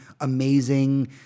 amazing